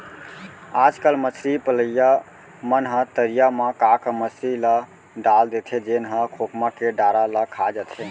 आजकल मछरी पलइया मन ह तरिया म का का मछरी ल डाल देथे जेन ह खोखमा के डारा ल खा जाथे